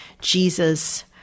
Jesus